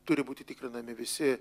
turi būti tikrinami visi